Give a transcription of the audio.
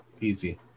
Easy